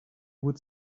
would